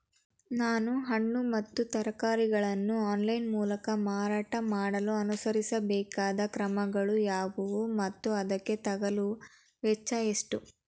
ನಾನು ಹಣ್ಣು ಮತ್ತು ತರಕಾರಿಗಳನ್ನು ಆನ್ಲೈನ ಮೂಲಕ ಮಾರಾಟ ಮಾಡಲು ಅನುಸರಿಸಬೇಕಾದ ಕ್ರಮಗಳು ಯಾವುವು ಮತ್ತು ಅದಕ್ಕೆ ತಗಲುವ ವೆಚ್ಚ ಎಷ್ಟು?